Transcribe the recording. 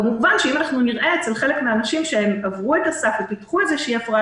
כמובן שאם נראה אצל חלק מן האנשים שהם עברו את הסף ופיתחו איזו הפרעה